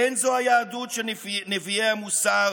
אין זו היהדות של נביאי המוסר